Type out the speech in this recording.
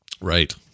Right